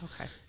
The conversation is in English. Okay